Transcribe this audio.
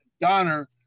Donner